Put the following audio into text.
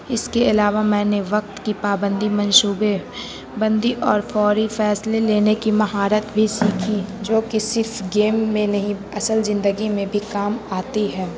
اس کے علاوہ میں نے وقت کی پابندی منصوبے بندی اور فوری فیصلے لینے کی مہارت بھی سیکھی جو کہ صرف گیم میں نہیں اصل زندگی میں بھی کام آتی ہے